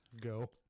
Go